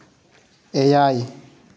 ᱮᱭᱟᱭ